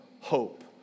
hope